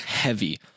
heavy